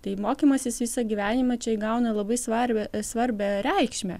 tai mokymasis visą gyvenimą čia įgauna labai svarbią svarbią reikšmę